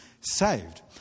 saved